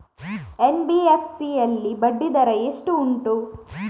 NBFC ಯಲ್ಲಿ ಬಡ್ಡಿ ದರ ಎಷ್ಟು ಉಂಟು?